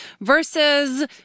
versus